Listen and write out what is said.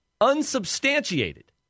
unsubstantiated